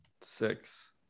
six